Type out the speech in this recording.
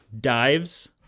dives